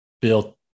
built